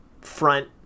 front